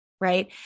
Right